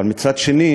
אבל מצד שני